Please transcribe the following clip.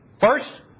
First